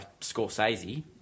Scorsese